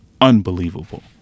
unbelievable